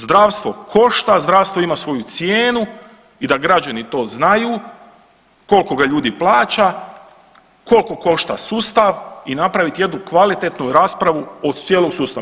Zdravstvo košta, zdravstvo ima svoju cijenu i da građani to znaju koliko ga ljudi plaća, koliko košta sustav i napravit jednu kvalitetnu raspravu o cijelom sustavu.